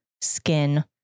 skin